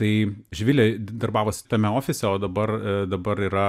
tai živilė darbavosi tame ofise o dabar dabar yra